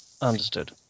Understood